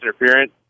interference